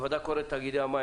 הוועדה קוראת לתאגידי המים